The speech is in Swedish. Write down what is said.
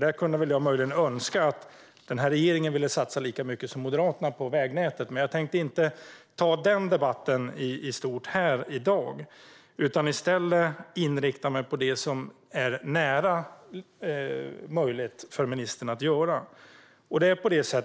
Jag kunde möjligen önska att regeringen ville satsa lika mycket som Moderaterna på vägnätet, men jag tänker inte ta den debatten i dag utan i stället inrikta mig på det som är nära möjligt för ministern att göra.